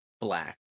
black